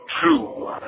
true